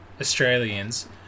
Australians